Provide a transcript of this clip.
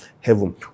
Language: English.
heaven